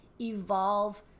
evolve